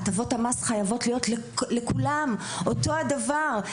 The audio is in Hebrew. הטבות מס חייבות להיות לכולם אותו הדבר,